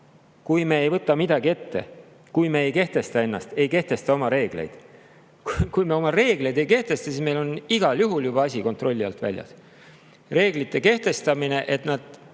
kui me ei võta midagi ette, kui me ei kehtesta ennast, ei kehtesta oma reegleid. Kui me oma reegleid ei kehtesta, siis meil on igal juhul juba asi kontrolli alt väljas. Reeglite kehtestamine, et nad